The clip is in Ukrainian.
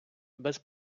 без